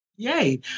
Yay